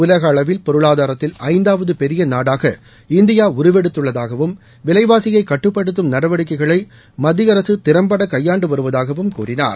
உலகளவில் பொருளாதாரத்தில் ஐந்தாவது பெரிய நாடாக இந்தியா உருவெடுத்துள்ளதாகவும் விலைவாசியை கட்டுப்படுத்தும் நடவடிக்கைகளை மத்திய அரசு திறன்பட கையாண்டு வருவதாகவும் கூறினார்